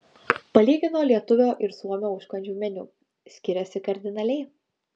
palygino lietuvio ir suomio užkandžių meniu skiriasi kardinaliai